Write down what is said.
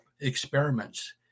experiments